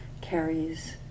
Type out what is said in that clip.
carries